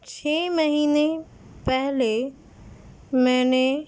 چھ مہینے پہلے میں نے